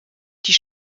die